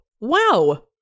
wow